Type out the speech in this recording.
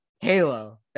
Halo